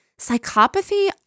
Psychopathy